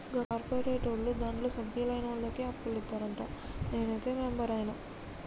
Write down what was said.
కా కార్పోరేటోళ్లు దాంట్ల సభ్యులైనోళ్లకే అప్పులిత్తరంట, నేనైతే మెంబరైన